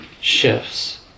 shifts